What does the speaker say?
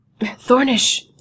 Thornish